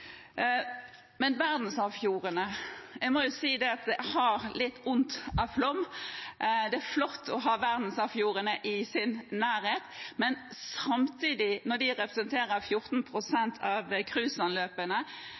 Men når det gjelder verdensarvfjordene, må jeg si at jeg har litt vondt av Flåm. Det er flott å ha verdensarvfjordene i sin nærhet, men når de representerer 14